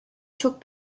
çok